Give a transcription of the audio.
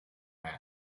met